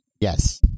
Yes